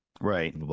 right